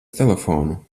telefonu